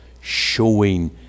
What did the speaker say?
showing